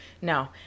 No